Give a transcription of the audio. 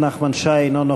(קוראת בשמות חברי הכנסת) נחמן שי, אינו נוכח.